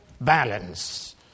balance